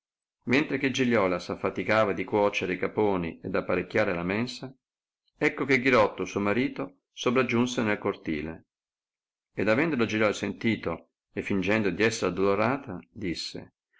mentre che giliola s affaticava di cuocere i caponi ed apparecchiare la mensa ecco che ghirotto suo marito sopragiunse nel cortile ed avendolo giliola sentito e fingendo di esser addolorata disse